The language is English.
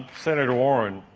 senator warren,